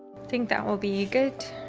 think that will be good.